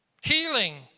healing